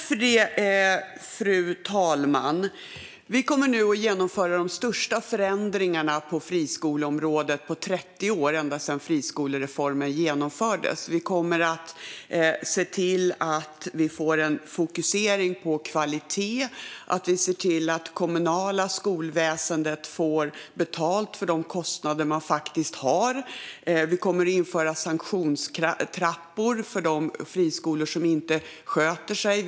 Fru talman! Vi kommer nu att genomföra de största förändringarna på friskoleområdet på 30 år, ända sedan friskolereformen genomfördes. Vi kommer att se till att vi får en fokusering på kvalitet och att det kommunala skolväsendet får betalt för de kostnader det faktiskt har. Vi kommer att införa sanktionstrappor för de friskolor som inte sköter sig.